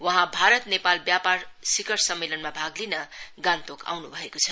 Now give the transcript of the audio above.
वहां भारत नेपाल व्यापार शिखर सम्मेलनमा भाग लिन गान्तोक आउनु भएको छ